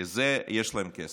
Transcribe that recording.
לזה יש להם כסף.